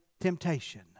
temptation